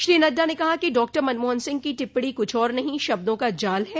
श्री नड्डा ने कहा कि डॉक्टर मनमोहन सिंह की टिप्पणी कुछ और नहों शब्दों का जाल है